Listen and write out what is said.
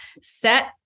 set